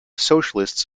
socialists